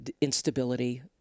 instability